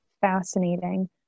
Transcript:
fascinating